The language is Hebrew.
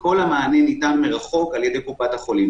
וכל המענה ניתן מרחוק על-ידי קופת החולים.